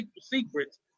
secrets